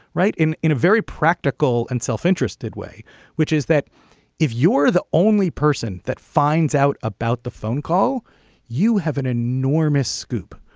right. in in a very practical and self-interested way which is that if you're the only person that finds out about the phone call you have an enormous scoop.